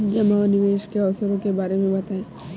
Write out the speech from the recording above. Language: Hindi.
जमा और निवेश के अवसरों के बारे में बताएँ?